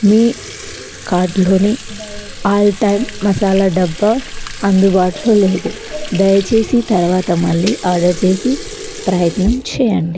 మీ కార్డులోని ఆల్టైమ్ మసాలా డబ్బా అందుబాటులో లేదు దయచేసి తరవాత మళ్ళీ ఆర్డర్ చేసి ప్రయత్నం చేయండి